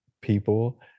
people